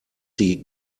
sie